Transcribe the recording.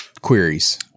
queries